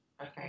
Okay